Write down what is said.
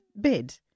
bid